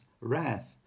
wrath